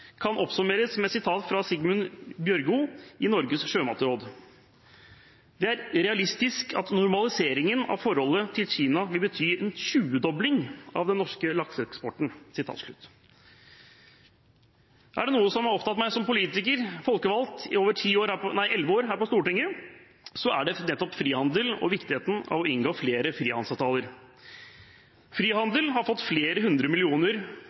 kan oppsummeres med et sitat fra Sigmund Bjørgo i Norges sjømatråd: «Det er realistisk at normaliseringen av forholdet til Kina vil bety en 20-dobling av den norske lakseeksporten.» Er det noe som har opptatt meg som politiker og folkevalgt i over elleve år her på Stortinget, er det nettopp frihandel og viktigheten av å inngå flere frihandelsavtaler. Frihandel har fått flere hundre millioner